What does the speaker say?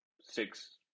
six